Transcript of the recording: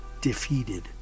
defeated